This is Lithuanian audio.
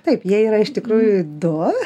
taip jie yra iš tikrųjų du